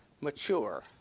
mature